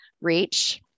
Reach